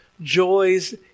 joys